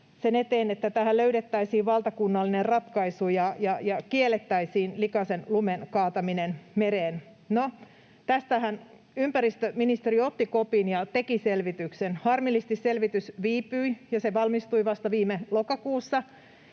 sen eteen, että tähän löydettäisiin valtakunnallinen ratkaisu ja kiellettäisiin likaisen lumen kaataminen mereen. No, tästähän ympäristöministeri otti kopin ja teki selvityksen. Harmillisesti selvitys viipyi, ja se valmistui vasta viime lokakuussa.